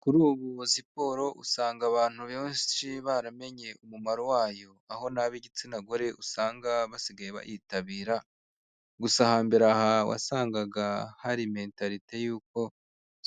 Kuri ubu siporo usanga abantu benshi baramenye umumaro wayo ,aho n'ab'igitsina gore usanga basigaye bayitabira, gusa hambere aha wasangaga hari mentalite y'uko